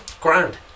Grand